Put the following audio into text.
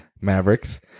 Mavericks